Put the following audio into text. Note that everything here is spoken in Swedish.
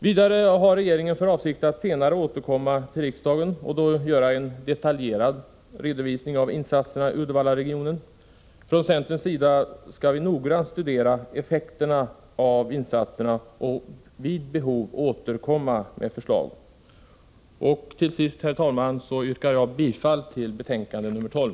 Vidare har regeringen för avsikt att senare återkomma till riksdagen och då göra en detaljerad redovisning av insatserna i Uddevallaregionen. Från centerns sida skall vi noggrant studera effekterna av insatserna och vid behov återkomma med förslag. Till sist, herr talman, yrkar jag bifall till utskottets hemställan i betänkande nr 12.